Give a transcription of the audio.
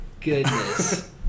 goodness